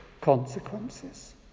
consequences